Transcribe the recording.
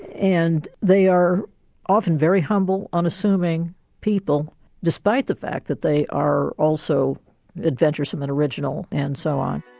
and they are often very humble, unassuming people despite the fact that they are also adventuresome and original and so on.